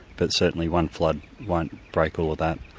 but certainly one flood won't break all of that.